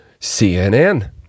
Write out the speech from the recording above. CNN